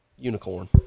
unicorn